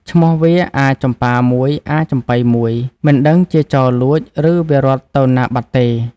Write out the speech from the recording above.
ឈ្មោះវាអាចំប៉ា១ អាចំប៉ី១ មិនដឹងជាចោរលួច ឬ វារត់ទៅណាបាត់ទេ